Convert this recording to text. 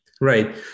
Right